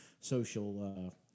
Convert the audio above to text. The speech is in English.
social